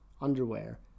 underwear